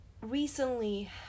recently